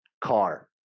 car